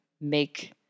make